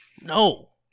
No